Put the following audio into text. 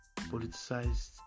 politicized